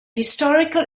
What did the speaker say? historical